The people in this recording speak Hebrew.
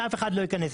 כדי שאף אחד לא ייכנס.